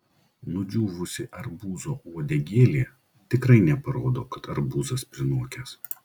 nudžiūvusi arbūzo uodegėlė tikrai neparodo kad arbūzas prinokęs